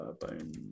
bone